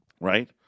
right